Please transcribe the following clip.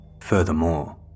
Furthermore